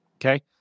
Okay